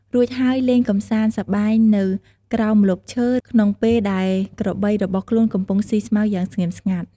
រួចហើយលេងកម្សាន្តសប្បាយនៅក្រោមម្លប់ឈើ ក្នុងពេលដែលក្របីរបស់ខ្លួនកំពុងស៊ីស្មៅយ៉ាងស្ងៀមស្ងាត់។